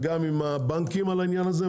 וגם עם הבנקים על העניין הזה,